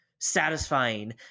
satisfying